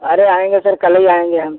अरे आएंगे सर कल ही आएंगे हम